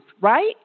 right